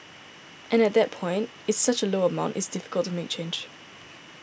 and at that point it's such a low amount it's difficult to make change